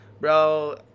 Bro